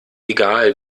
egal